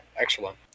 excellent